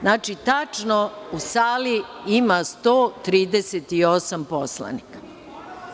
Znači, tačno u sali ima 138 poslanika.